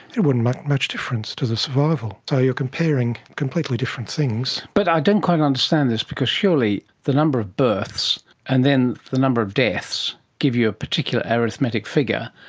it wouldn't make much difference to the survival. so you are comparing completely different things. but i don't quite understand this because surely the number of births and then the number of deaths give you a particular arithmetic figure,